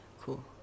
Cool